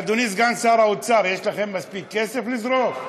אדוני סגן שר האוצר, יש לכם מספיק כסף לזרוק?